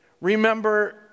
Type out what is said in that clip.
Remember